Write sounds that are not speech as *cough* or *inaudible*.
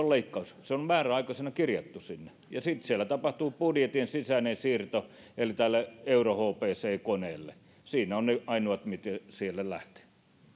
*unintelligible* leikkaus vaan se on määräaikaisena kirjattu sinne sitten siellä tapahtuu budjetin sisäinen siirto eli tälle eurohpc koneelle siinä ovat ne ainoat mitkä sieltä lähtevät